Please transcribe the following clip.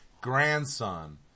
grandson